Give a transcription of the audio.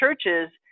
churches